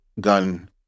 Gun